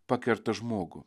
pakerta žmogų